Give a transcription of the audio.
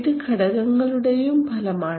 ഇത് ഘടകങ്ങളുടെയും ഫലമാണ്